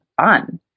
fun